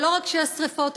ולא רק כשיש שרפות,